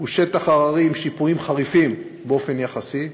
הוא שטח הררי עם שיפועים חריפים באופן יחסי,